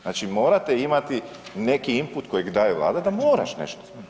Znači morate imati neki input kojeg daje vlada da moraš nešto.